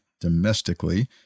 domestically